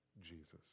Jesus